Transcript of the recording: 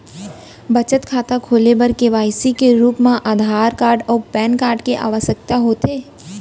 बचत खाता खोले बर के.वाइ.सी के रूप मा आधार कार्ड अऊ पैन कार्ड के आवसकता होथे